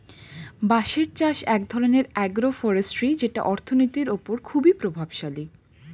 বাঁশের চাষ এক ধরনের আগ্রো ফরেষ্ট্রী যেটা অর্থনীতির ওপর খুবই প্রভাবশালী